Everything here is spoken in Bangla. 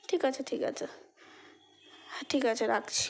ঠিক আছে ঠিক আছে হ্যাঁ ঠিক আছে রাখছি